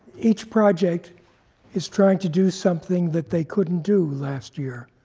each project is trying to do something that they couldn't do last year